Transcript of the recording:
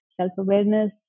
self-awareness